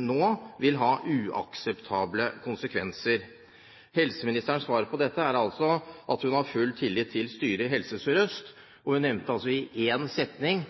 nå vil ha uakseptable konsekvenser.» Helseministerens svar på dette er at hun har full tillit til styret i Helse Sør-Øst, og når den nevnte